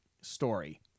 story